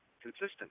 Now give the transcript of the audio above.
consistent